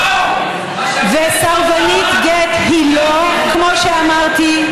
וואו, וסרבנית גט היא לא, כמו שאמרתי.